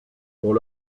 pour